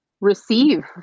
receive